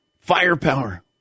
Firepower